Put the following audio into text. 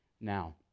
now